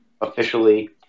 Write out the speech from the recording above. officially